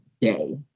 day